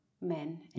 men